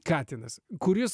katinas kuris